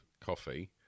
coffee